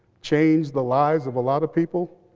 change the lives of a lot of people,